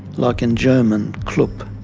like in german, klub.